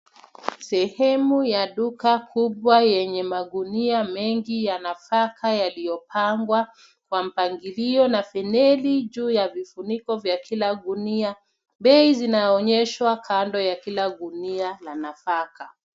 Sehemu ya duka kubwa yenye magunia mengi ya nafaka yaliyopangwa kwa mpangilio, na feneli juu ya vifuniko vya kila gunia. Bei zinaonyeshwa kando ya kila gunia la nafaka.